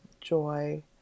joy